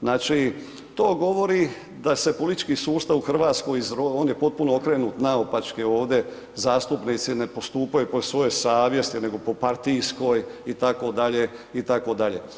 Znači, to govori da se politički sustav u Hrvatskoj, on je potpuno okrenut naopačke ovdje zastupnici ne postupaju po svojoj savjesti nego po partijskoj itd., itd.